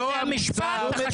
לא הבנת?